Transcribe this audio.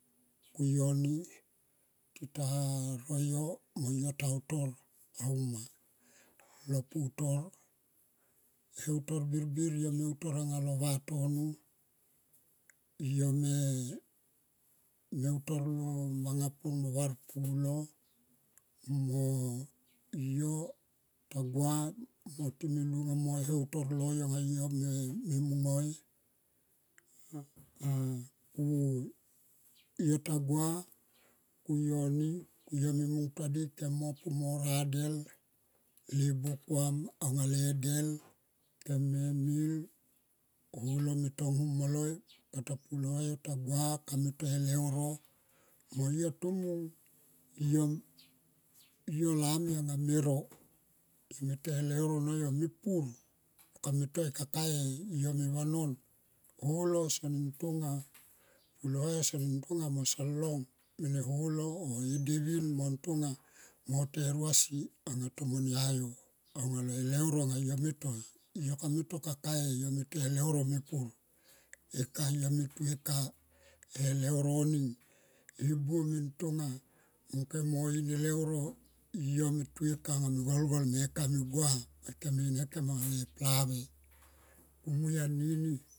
Ku yo ni tita ro yo mo ta utor auma lo putor e heutor birbir yo me utor anga lo vatono yo me me utor lo manga pur me utor lo manga pur me varpulo mo yo tagua mo time lunga mo e heutor ano yo. Yo me mungoi ku yo ta gua ku yo ni koyo me munta di kem mo pu mo radel le bua kuam anga le del kem me holo me tong hum moloi kata pulo hua yo ta gua kame te leuro mo yo tomung yo lami anga me ro yo me te leuro no yo me pur yo kame toi kakae yo me vanon holo sonin tonga pulo hua yo son nin tonga mo son long mene holo oh e devin mon tonga mo te e ruasi aunga tomo nia yo aunga le leuro anga yo me toi. Yo kame toi kakae yome toi mepur. Eka yo me to e ka e ka e leuro ning e buo men tonga mung kone mo in e leuro yo me tu eka anga me golgol mo eka me gua mo ikem me in hakem anga le plave kumui anini.